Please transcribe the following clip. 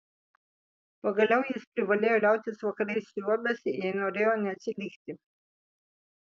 pagaliau jis privalėjo liautis vakarais sriuobęs jei norėjo neatsilikti